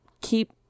keep